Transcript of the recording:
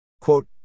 Quote